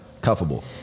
cuffable